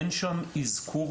ואין אזכור